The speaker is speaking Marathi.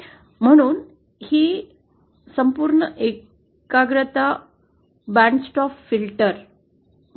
म्हणूनच ही संपूर्ण एकाग्रता बँड स्टॉप फिल्टर म्हणून कार्य करेल